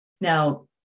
Now